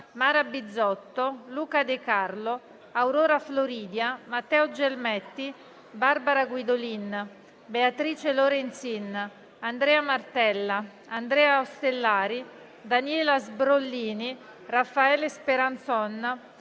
Mara Bizzotto, Luca De Carlo, Aurora Floridia, Matteo Gelmetti, Barbara Guidolin, Beatrice Lorenzin, Andrea Martella, Andrea Ostellari, Daniela Sbrollini, Raffaele Speranzon,